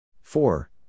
four